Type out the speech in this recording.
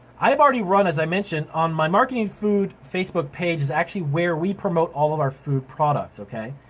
i've already run as i mentioned on my marketing food facebook page is actually where we promote all of our food products. okay.